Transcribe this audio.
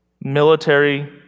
military